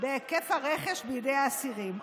בהיקף הרכש בידי האסירים.